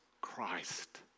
Christ